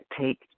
take